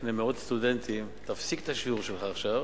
בפני מאות סטודנטים: תפסיק את השיעור שלך עכשיו,